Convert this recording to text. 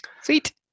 Sweet